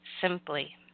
simply